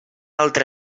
altra